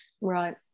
Right